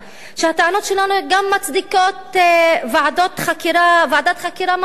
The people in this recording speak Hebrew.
שהטענות שלנו גם מצדיקות ועדת חקירה ממלכתית,